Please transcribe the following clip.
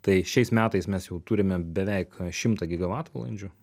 tai šiais metais mes jau turime beveik šimtą gigavatvalandžių